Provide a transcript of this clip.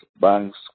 banks